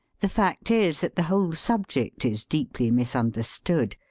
the fact is that the whole subject is deeply misunder stood,